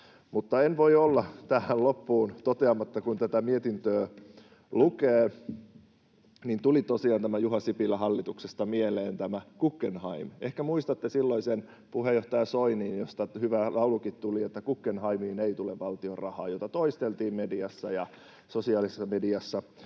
Mutta en voi olla tähän loppuun toteamatta: kun tätä mietintöä lukee, niin tuli tosiaan Juha Sipilän hallituksesta mieleen tämä Guggenheim. Ehkä muistatte silloisen puheenjohtaja Soinin, josta tuli hyvä laulukin, että ”Guggenheimiin ei tule valtion rahaa”, mitä toisteltiin mediassa ja sosiaalisessa mediassa.